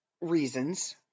reasons